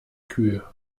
kühe